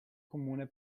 comune